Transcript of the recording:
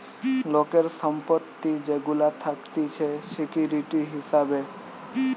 লোকের সম্পত্তি যেগুলা থাকতিছে সিকিউরিটি হিসাবে